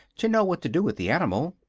to know what to do with the animal.